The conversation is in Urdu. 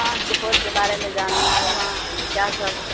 ہاں سپول کے بارے میں جاننا ہے وہاں کیا سب